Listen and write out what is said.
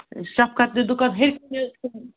شفقت نہِ دُکان